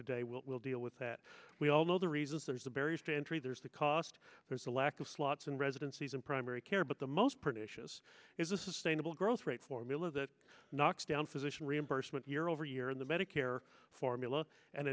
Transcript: will deal with that we all know the reasons there's the barriers to entry there's the cost there's a lack of slots and residencies and primary care but the most pernicious is a sustainable growth rate formula that knocks down physician reimbursement year over year in the medicare formula and